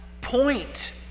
point